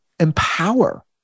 empower